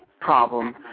problem